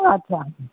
अच्छा